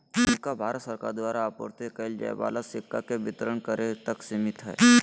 भूमिका भारत सरकार द्वारा आपूर्ति कइल जाय वाला सिक्का के वितरण करे तक सिमित हइ